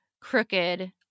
crooked